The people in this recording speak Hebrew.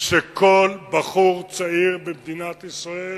שכל בחור צעיר במדינת ישראל